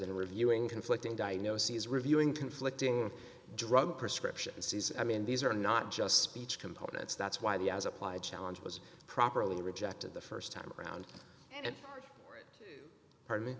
and reviewing conflicting diagnoses reviewing conflicting drug prescriptions these i mean these are not just speech components that's why the as applied challenge was properly rejected the st time around and par